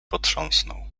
potrząsnął